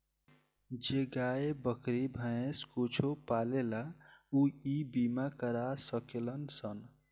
जे गाय, बकरी, भैंस कुछो पोसेला ऊ इ बीमा करा सकेलन सन